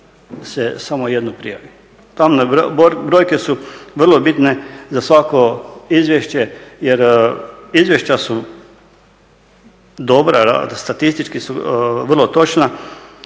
se samo jedno prijavi. Tamne brojke su vrlo bitne za svako izvješće jer izvješća su dobra, statistički su vrlo točna,